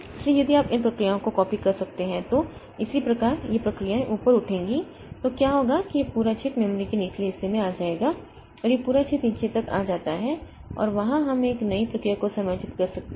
इसलिए यदि आप इन प्रक्रियाओं को कॉपी कर सकते हैं तो इसी प्रकार ये प्रक्रियाएँ ऊपर उठेंगी तो क्या होगा कि यह पूरा छेद मेमोरी के निचले हिस्से में आ जाएगा और यह पूरा छेद नीचे तक आ जाता है और वहाँ हम नई प्रक्रिया को समायोजित कर सकते हैं